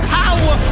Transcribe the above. power